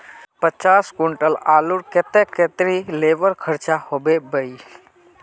पचास कुंटल आलूर केते कतेरी लेबर खर्चा होबे बई?